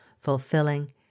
fulfilling